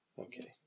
Okay